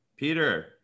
Peter